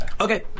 Okay